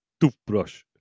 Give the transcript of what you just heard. toothbrush